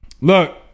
look